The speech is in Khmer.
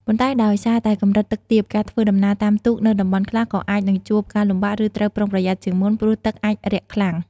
ប៉ុន្តែដោយសារតែកម្រិតទឹកទាប ការធ្វើដំណើរតាមទូកនៅតំបន់ខ្លះក៏អាចនឹងជួបការលំបាក ឬត្រូវប្រុងប្រយ័ត្នជាងមុន ព្រោះទឹកអាចរាក់ខ្លាំង។